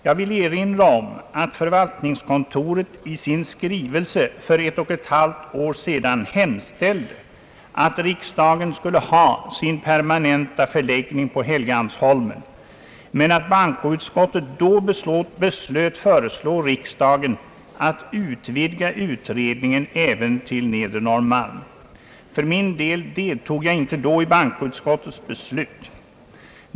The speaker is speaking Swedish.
Jag vill erinra om att förvaltningskontoret i sin skrivelse för ett och ett halvt år sedan hemställde att riksdagen skulle ha sin permanenta förläggning på Helgeandsholmen men att bankoutskottet då beslöt föreslå riksdagen att utvidga utredningen även till Nedre Norrmalm. För min del deltog jag inte då i bankoutskottets beslut.